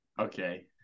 Okay